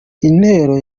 intero